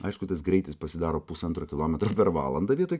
aišku tas greitis pasidaro pusantro kilometro per valandą vietoj